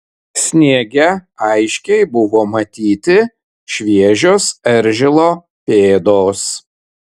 sniege aiškiai buvo matyti šviežios eržilo pėdos